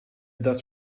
dust